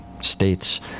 states